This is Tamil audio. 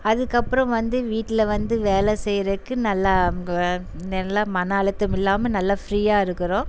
அதுக்கப்புறம் வந்து வீட்டில் வந்து வேலை செய்கிறதுக்கு நல்லா நல்லா மனஅழுத்தம் இல்லாமல் நல்லா ஃப்ரியாக இருக்கிறோம்